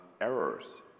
errors